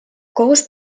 kohus